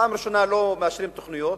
פעם ראשונה לא מאשרים תוכניות,